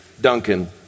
duncan